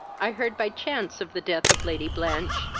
i heard by chance of the death of lady blanch,